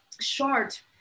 short